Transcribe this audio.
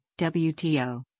WTO